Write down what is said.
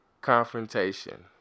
confrontation